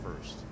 first